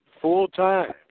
Full-time